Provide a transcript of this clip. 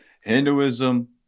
Hinduism